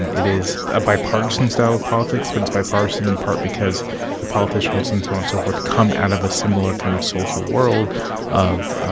um it is a bipartisan style of politics, but it's bipartisan in part because the politicians and so on and so forth come out of a similar kind of social world of,